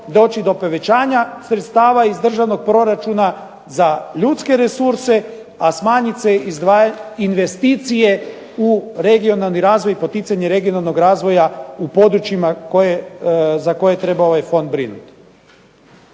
doći do povećanja sredstava iz državnog proračuna za ljudske resurse, a smanjit se investicije u regionalni razvoj i poticanje regionalnog razvoja u područjima za koje treba ovaj fond brinuti.